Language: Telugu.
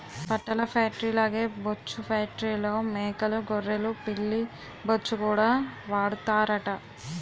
బట్టల ఫేట్రీల్లాగే బొచ్చు ఫేట్రీల్లో మేకలూ గొర్రెలు పిల్లి బొచ్చుకూడా వాడతారట